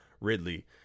Ridley